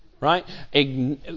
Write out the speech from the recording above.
Right